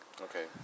Okay